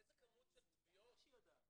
איזה כמות של תביעות -- בוודאי שהיא יודעת.